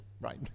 right